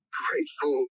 grateful